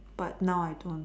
but now I don't